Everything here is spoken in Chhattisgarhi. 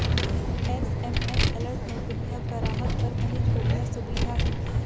एस.एम.एस अलर्ट नउकरी ह गराहक बर बनेच बड़िहा सुबिधा हे